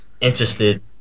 interested